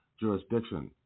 jurisdiction